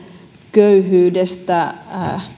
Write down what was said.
köyhyydestä